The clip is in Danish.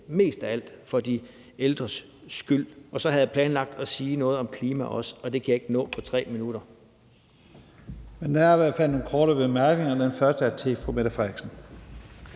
mest af alt – for de ældres skyld. Og så havde jeg planlagt at sige noget om klima også, men det kan jeg ikke nå på 3 minutter.